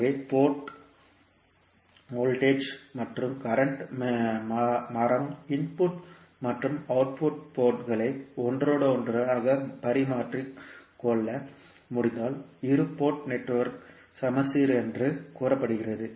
எனவே port voltage மற்றும் current மாற்றாமல் இன்புட் மற்றும் அவுட்புட் போர்ட்களை ஒன்றோடொன்று பரிமாறிக் கொள்ள முடிந்தால் இரு போர்ட் நெட்வொர்க் சமச்சீர் என்று கூறப்படுகிறது